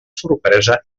sorpresa